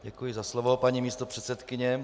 Děkuji za slovo, paní místopředsedkyně.